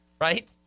Right